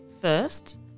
First